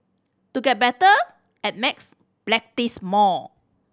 to get better at maths practise more